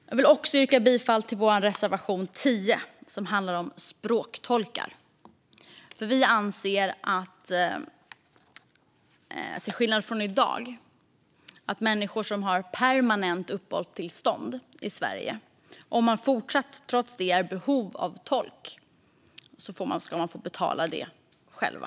Jag vill också yrka bifall till vår reservation 10, som handlar om språktolkar. Vi anser, till skillnad mot hur det är i dag, att människor som har permanent uppehållstillstånd i Sverige och trots detta är i behov av tolk ska få betala kostnaden själva.